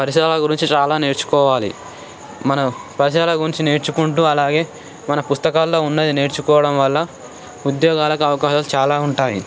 పరిసరాల గురించి చాలా నేర్చుకోవాలి మన పరిసరాలు గురించి నేర్చుకుంటూ అలాగే మన పుస్తకాల్లో ఉన్నది నేర్చుకోవడం వల్ల ఉద్యోగాలకు అవకాశాలు చాలా ఉంటాయి